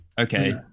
Okay